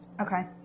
okay